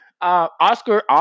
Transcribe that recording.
Oscar